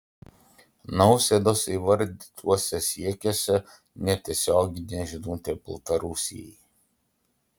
nausėdos įvardytuose siekiuose netiesioginė žinutė baltarusijai